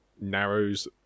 narrows